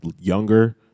younger